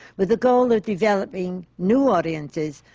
with a goal of developing new audiences.